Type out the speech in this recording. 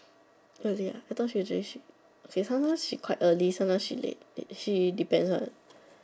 really I thought usually she okay sometimes she quite early sometimes she late she depends one